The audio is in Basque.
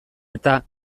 eta